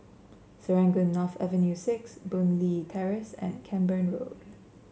Serangoon North Avenue Six Boon Leat Terrace and Camborne Road